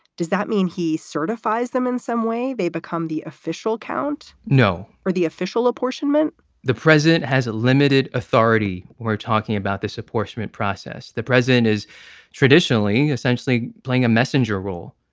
does that mean he certifies them in some way? they become the official count? no. or the official apportionment the president has limited authority. we're talking about this apportionment process. the president is traditionally essentially playing a messenger role,